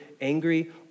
angry